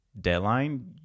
deadline